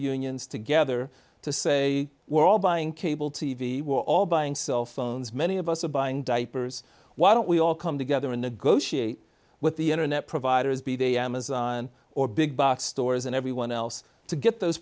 unions together to say we're all buying cable t v we're all buying cell phones many of us are buying diapers why don't we all come together in the goshi with the internet providers be they amazon or big box stores and everyone else to get those